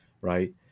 Right